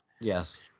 Yes